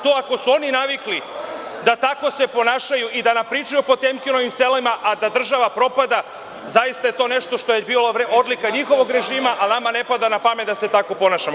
To akosu oni navikli da se tako ponašaju i da nam pričaju o „Potemkinovim selima“, a da država propada, zaista je to nešto što je bila odlika njihovog režima, ali nama ne pada na pamet da se tako ponašamo.